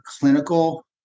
clinical